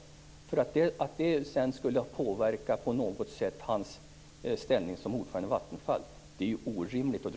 Att dra slutsatserna att det sedan på något sätt skulle ha påverkat hans ställning som ordförande i Vattenfall är ju orimligt.